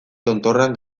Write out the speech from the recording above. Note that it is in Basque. tontorrean